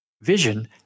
vision